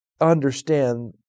understand